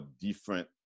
different